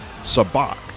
Sabak